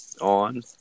on